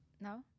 No